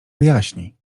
wyjaśni